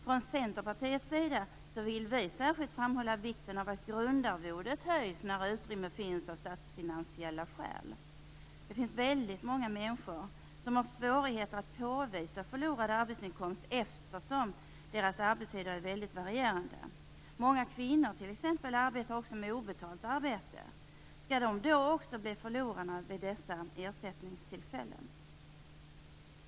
Från Centerpartiets sida vill vi särskilt framhålla vikten av att grundarvodet höjs när utrymme finns av statsfinansiella skäl. Det är väldigt många människor som har svårigheter att påvisa förlorad arbetsinkomst eftersom deras arbetstider är väldigt varierande. Många kvinnor arbetar t.ex. också med obetalt arbete. Skall de då också bli förlorarna vid dessa ersättningstillfällen?